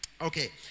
Okay